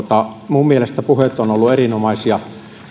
minun mielestäni puheet ovat olleet erinomaisia